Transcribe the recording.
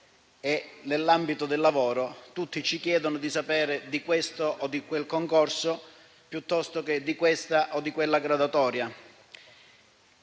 nell'ambito del lavoro: tutti ci chiedono notizie di questo o quel concorso piuttosto che di questa o di quella graduatoria,